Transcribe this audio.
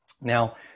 Now